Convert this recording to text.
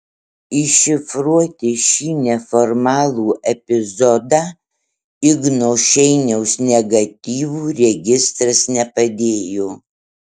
iššifruoti šį neformalų epizodą igno šeiniaus negatyvų registras nepadėjo